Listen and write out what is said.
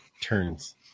turns